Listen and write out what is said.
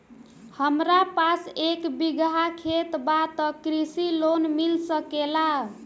हमरा पास एक बिगहा खेत बा त कृषि लोन मिल सकेला?